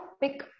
pick